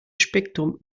spektrum